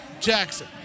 Jackson